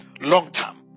long-term